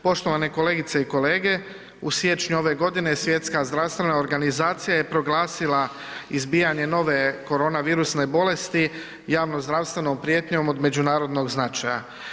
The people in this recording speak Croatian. Poštovane kolegice i kolege, u siječnju ove godine Svjetska zdravstvena organizacija je proglasila izbijanje nove koronavirusne bolesti javnozdravstvenom prijetnjom od međunarodnog značaja.